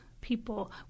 people